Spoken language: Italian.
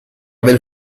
del